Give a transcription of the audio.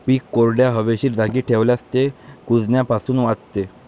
पीक कोरड्या, हवेशीर जागी ठेवल्यास ते कुजण्यापासून वाचते